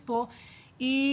שהיא תפיסה רחבה,